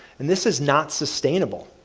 and this is not sustainable.